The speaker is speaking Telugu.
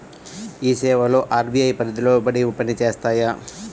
ఈ సేవలు అర్.బీ.ఐ పరిధికి లోబడి పని చేస్తాయా?